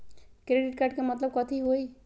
Credit card के मतलब कथी होई?